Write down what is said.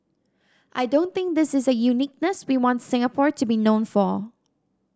I don't think this is a uniqueness we want Singapore to be known for